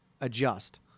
adjust